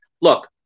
look